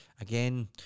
Again